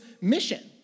mission